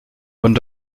und